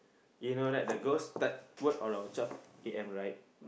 you know that the ghost start work on our twelve a_m right